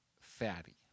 fatty